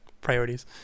priorities